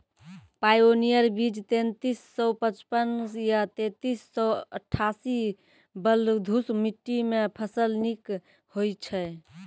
Pioneer बीज तेंतीस सौ पचपन या तेंतीस सौ अट्ठासी बलधुस मिट्टी मे फसल निक होई छै?